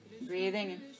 Breathing